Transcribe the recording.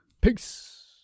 Peace